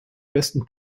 besten